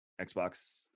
Xbox